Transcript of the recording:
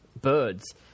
birds